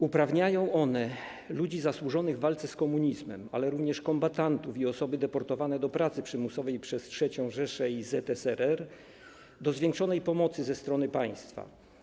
Uprawniają one ludzi zasłużonych w walce z komunizmem, ale również kombatantów i osoby deportowane do pracy przymusowej przez III Rzeszę i ZSRR do zwiększonej pomocy ze strony państwa.